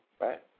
right